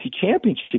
championship